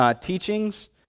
teachings